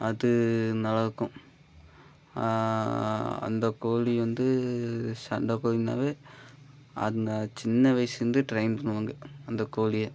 அது நல்லாயிருக்கும் அந்தக் கோழி வந்து சண்டக்கோழின்னாவே அதுங்க சின்ன வயதுலேருந்தே ட்ரைன் பண்ணுவாங்க அந்தக் கோழிய